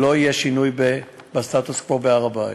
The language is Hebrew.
לא יהיה שינוי בסטטוס-קוו בהר-הבית.